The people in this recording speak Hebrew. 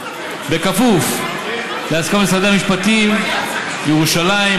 בכפוף להסכמות משרד המשפטים בירושלים,